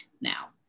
now